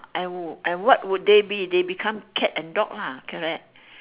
and and what would they be they become cat and dog lah correct